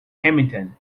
hamilton